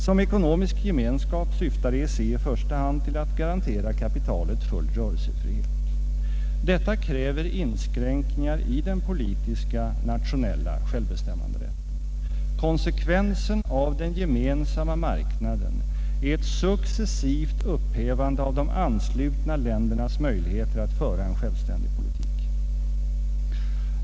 Som ekonomisk gemenskap syftar EEC i första hand till att garantera kapitalet full rörelsefrihet. Detta kräver inskränkningar i den politiska nationella självbestämmanderätten. Konsekvensen av den gemensamma marknaden är ett successivt upphävande av de anslutna ländernas möjligheter att föra en självständig politik.